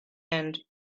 and